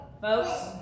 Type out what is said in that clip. Folks